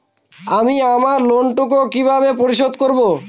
আমি আমার লোন টুকু কিভাবে পরিশোধ করব?